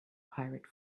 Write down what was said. pirate